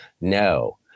no